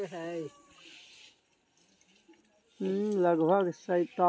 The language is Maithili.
लगभग सैंतालिस प्रतिशत महिला खेत मजदूरक काज करै छै